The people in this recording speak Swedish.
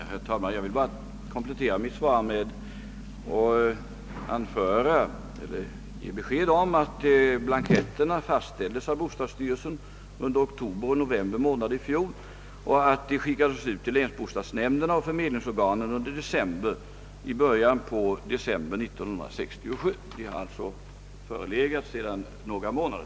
Herr talman! Jag vill bara komplettera mitt svar med det beskedet, att blanketterna fastställdes av bostadsstyrelsen under oktober och november må nad i fjol och skickades ut till länsbostadsnämnderna och förvaltningsorganen i början av december 1967. Uppgiften har alltså förelegat sedan några månader.